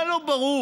מה לא ברור?